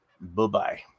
Bye-bye